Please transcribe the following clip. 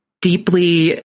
deeply